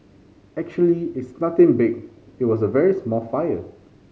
actually it's nothing big it was a very small fire